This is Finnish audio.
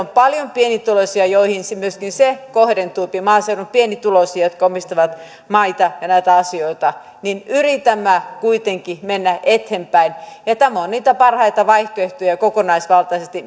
on paljon pienituloisia joihin myöskin kemera tukiasiatkin kohdentuvat maaseudun pienituloisia jotka omistavat maita ja näitä asioita yritämme kuitenkin mennä eteenpäin nämä mitkä me olemme valinneet ovat niitä parhaita vaihtoehtoja kokonaisvaltaisesti